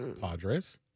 Padres